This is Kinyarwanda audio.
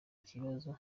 ikibazo